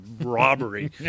robbery